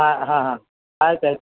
ಹಾಂ ಹಾಂ ಹಾಂ ಆಯ್ತು ಆಯ್ತು